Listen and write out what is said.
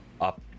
Up